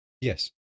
Yes